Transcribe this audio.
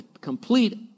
complete